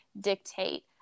dictate